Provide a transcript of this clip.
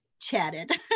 chatted